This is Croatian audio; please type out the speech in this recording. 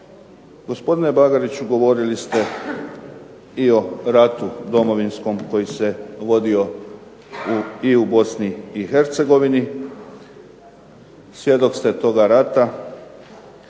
Gospodine Bagariću govorili ste i o ratu Domovinskom koji se vodio i u Bosni i Hercegovini. Svjedok ste toga rata